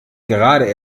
gerade